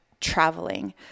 traveling